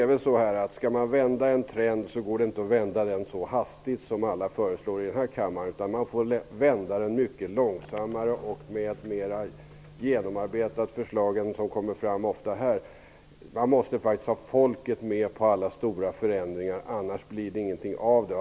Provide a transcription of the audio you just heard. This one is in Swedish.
Det går inte att vända en trend så hastigt som alla i denna kammare föreslår. Man får vända den mycket långsammare och med ett mer genomarbetade förslag än de som ofta läggs fram här. Man måste ha folket med på alla stora förändringar -- annars blir det ingenting av det.